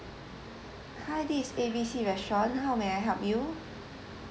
hi this is A B C restaurant how may I help you?